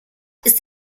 ist